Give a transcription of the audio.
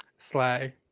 Slay